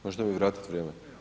Možete mi vratiti vrijeme?